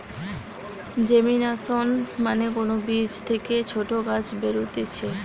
germination মানে কোন বীজ থেকে ছোট গাছ বেরুতিছে